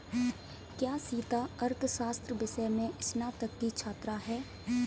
क्या सीता अर्थशास्त्र विषय में स्नातक की छात्रा है?